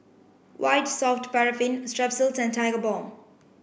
white soft paraffin Strepsils and Tigerbalm